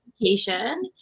education